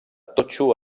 totxo